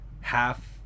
half